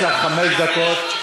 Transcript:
יש לך חמש דקות.